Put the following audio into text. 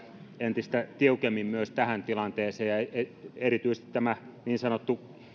entistä tiukemmin myös tähän tilanteeseen ja erityisesti tämä niin sanottu